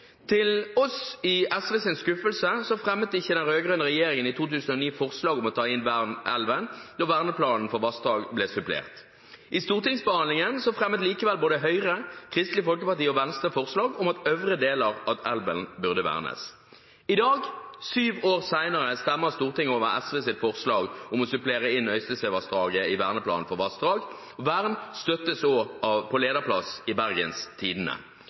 til fjord. Til SVs skuffelse fremmet ikke den rød-grønne regjeringen i 2009 forslag om å ta inn vern av elven da verneplanen for vassdrag ble supplert. I stortingsbehandlingen fremmet likevel både Høyre, Kristelig Folkeparti og Venstre forslag om at øvre del av elven burde vernes. I dag, syv år senere, stemmer Stortinget over SVs forslag om å supplere inn Øystesevassdraget i verneplanen for vassdrag. Vern støttes også på lederplass i Bergens Tidende.